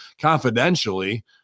confidentially